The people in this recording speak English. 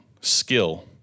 skill